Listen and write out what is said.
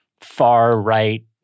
far-right